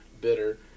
bitter